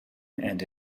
and